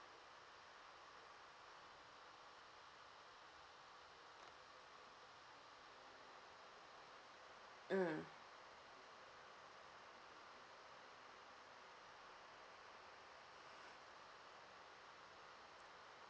mm